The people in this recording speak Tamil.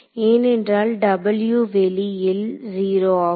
ஏனென்றால் வெளியில் 0 ஆகும்